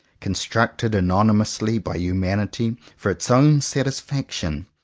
constructed anonymously by humanity for its own satisfaction,